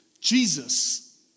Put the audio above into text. Jesus